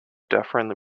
dufferin